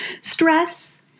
stress